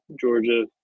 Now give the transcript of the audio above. Georgia